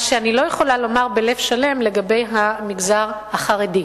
מה שאני לא יכולה לומר בלב שלם לגבי המגזר החרדי.